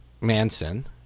Manson